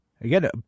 Again